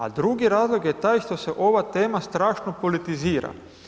A drugi razlog je taj što se ova tema strašno politizira.